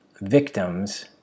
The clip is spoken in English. victims